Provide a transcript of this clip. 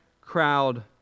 crowd